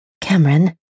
Cameron